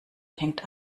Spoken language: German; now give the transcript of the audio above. fängt